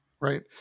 Right